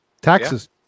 Taxes